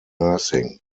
nursing